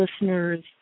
listeners